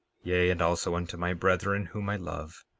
yea, and also unto my brethren whom i love,